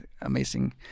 amazing